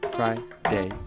Friday